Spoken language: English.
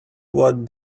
what